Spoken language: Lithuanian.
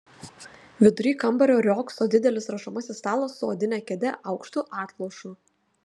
vidury kambario riogso didelis rašomasis stalas su odine kėde aukštu atlošu